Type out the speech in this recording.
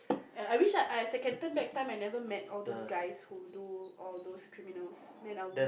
I I wish I can turn back time and never met all those guys who do all those criminals then I'll